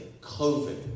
COVID